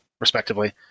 respectively